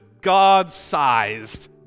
God-sized